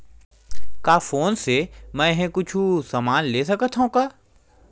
का फोन से मै हे कुछु समान ले सकत हाव का?